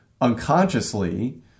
unconsciously